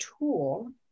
tool